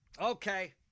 okay